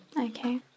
Okay